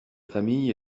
famille